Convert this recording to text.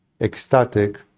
ecstatic